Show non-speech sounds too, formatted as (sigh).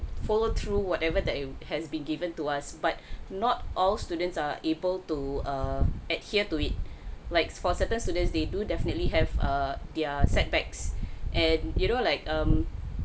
follow through whatever that it has been given to us but (breath) not all students are able to err adhere to it likes for certain students they do definitely have err their setbacks (breath) and you know like um